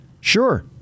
Sure